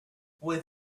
with